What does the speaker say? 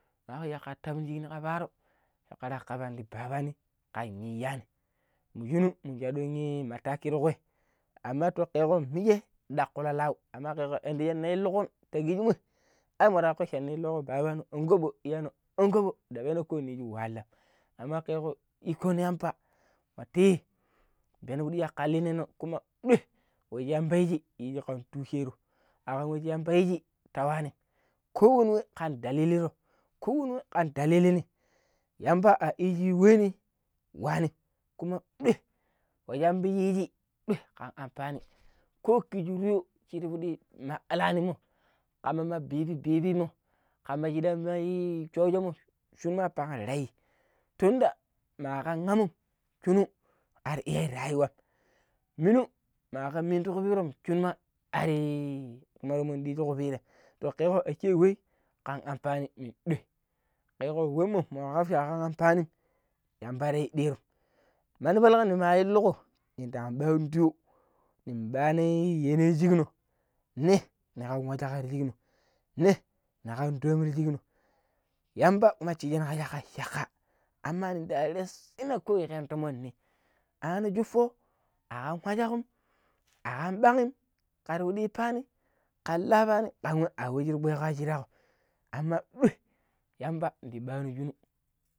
﻿ma ƙaƙƙo shakar tabna shikno ƙa paaro̱ shakara kavaani ti babaani kan inyaani mu shinu mun yun mandi wei tukugui aman to keƙƙo minje ɗakulo lau aman ka ga inda shina inlukon ta kijimmoi ai mankar cha, babaano̱ an kobo iyyaano an kobo dapeno ko̱ ji wahalam aman kekko ikono yamba nwati peno̱ puɗi shi liineenon kuma ɗoi yamba yijii yili ƙan tushero akan we shi yamba yiiji ta wanim kowuniwe ƙam daliliron kowuniwe kam dalilirin yamba iyiji we ni waanim kuma ɗoi we shi yamba yiiji ɗoi ƙan anfani ko kiji reo yipili madilaanima kan ma bii-bii mo kamma shiɗanma i shoojo̱ mo shunu ma pan rai tunda makam anum chunu har iya rayuwan minum makamantibirim chunwa ari muyinmundi kashabire kelangachekui kan amfani me ɗoi kayingo wenmo makan wa amfanim Yamba ri diyo mandi palan ni ma lnluko min ndan ɓano tiyo nin nɗan ɓa no i shiƙono ne nikan tomti shikno ne nikan tomti shikno yamba munje wu shuani lakka aman ndarasyikeno tomoni ni an shuppo akam wagakam akan ɓangm kar piɗi ippaani kan Lavani kan we a we shir kpeƙo shiraakom aman ɗoi yamba ndi ɓano shinu.